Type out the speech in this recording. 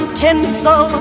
tinsel